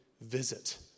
visit